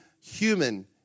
human